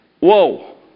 Whoa